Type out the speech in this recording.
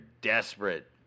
desperate